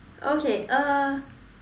okay uh